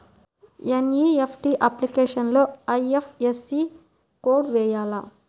NEFT అప్లికేషన్లో IFSC code వేయాలా?